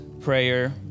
prayer